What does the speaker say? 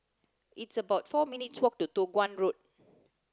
it's about four minutes' walk to Toh Guan Road